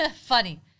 Funny